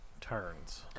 turns